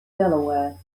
delaware